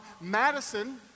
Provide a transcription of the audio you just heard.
Madison